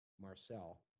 Marcel